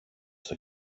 στο